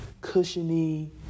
cushiony